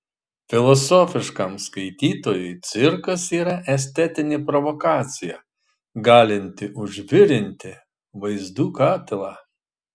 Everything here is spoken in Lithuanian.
filosofiškam skaitytojui cirkas yra estetinė provokacija galinti užvirinti vaizdų katilą